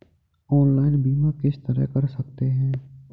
हम ऑनलाइन बीमा किस तरह कर सकते हैं?